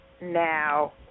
now